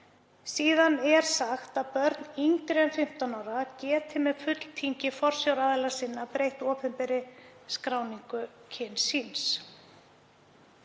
Síðan er sagt að börn yngri en 15 ára geti með fulltingi forsjáraðila sinna breytt opinberri skráningu kyns síns.